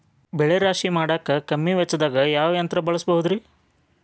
ಬೆಳೆ ರಾಶಿ ಮಾಡಾಕ ಕಮ್ಮಿ ವೆಚ್ಚದಾಗ ಯಾವ ಯಂತ್ರ ಬಳಸಬಹುದುರೇ?